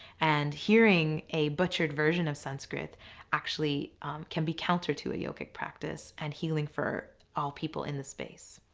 and hearing a butchered version of sanskrit actually can be counter to a yogic practice and healing for all people in the space.